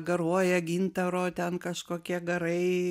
garuoja gintaro ten kažkokie garai